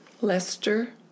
Lester